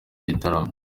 gitaramo